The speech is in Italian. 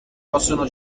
possono